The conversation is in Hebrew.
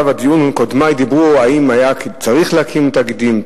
קודמי דיברו על השאלה אם היה צריך להקים תאגידים,